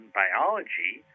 biology